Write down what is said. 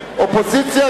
אופוזיציה,